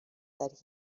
that